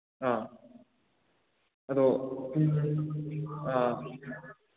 ꯑꯥ ꯑꯗꯣ ꯄꯨꯡ ꯑꯥ